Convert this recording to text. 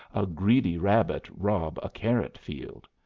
a greedy rabbit rob a carrot field.